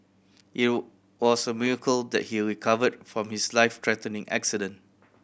it was a miracle that he recovered from his life threatening accident